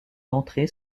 d’entrée